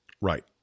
Right